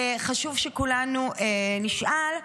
חשוב שכולנו נשאל,